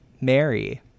Mary